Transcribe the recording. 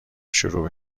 شروع